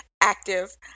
active